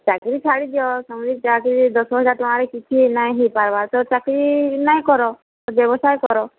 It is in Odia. ଚାକିରୀ ଛାଡ଼ି ଦିଅ ତମର ଯଦି ଦଶ ହଜାର ଟଙ୍କାରେ କିଛି ନାଇଁ ହୋଇପାରିବା ତ ଚାକିରୀ ନାଇଁ କର ବ୍ୟବସାୟ କର